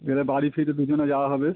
বাড়ি ফিরে দুজনে যাওয়া হবে